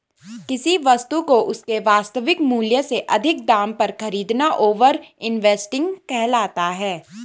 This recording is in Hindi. किसी वस्तु को उसके वास्तविक मूल्य से अधिक दाम पर खरीदना ओवर इन्वेस्टिंग कहलाता है